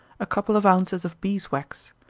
a couple of ounces of bees' wax.